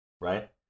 Right